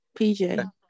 PJ